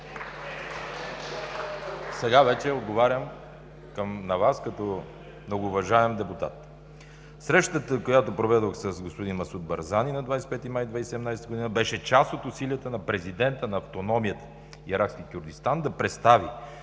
Сега вече отговарям на Вас, като много уважаем депутат: срещата, която проведох с господин Масуд Барзани на 25 май 2017 г., беше част от усилията на президента на автономията Иракски Кюрдистан да представи